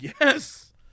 Yes